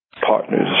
partners